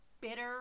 bitter